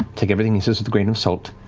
take everything with a grain of salt.